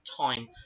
time